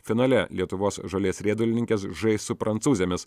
finale lietuvos žolės riedulininkės žais su prancūzėmis